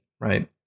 right